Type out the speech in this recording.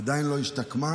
עדיין לא השתקמה.